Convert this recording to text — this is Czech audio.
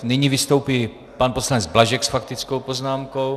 Nyní vystoupí pan poslanec Blažek s faktickou poznámkou.